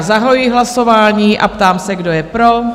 Zahajuji hlasování a ptám se, kdo je pro?